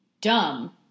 dumb